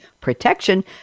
protection